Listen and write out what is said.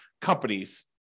companies